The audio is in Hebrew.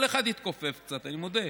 כל אחד התכופף קצת, אני מודה.